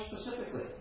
specifically